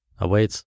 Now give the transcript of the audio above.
awaits